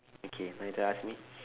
okay now your turn ask me